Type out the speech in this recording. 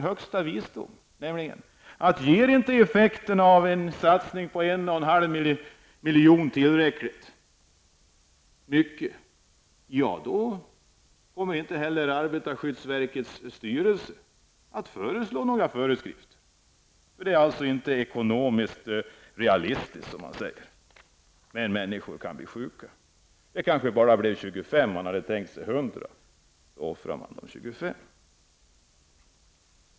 Högsta visdom är i dag att om effekterna av en satsning på en och en halv miljon inte blir tillräckligt stora, kommer inte arbetarskyddsverkets styrelse att föreslå några föreskrifter. Det är då inte ekonomiskt realistiskt. Människor kan dock bli sjuka. Det kanske bara blir 25 när man har tänkt sig 100, och då offrar man 25.